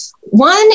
One